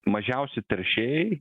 mažiausi teršėjai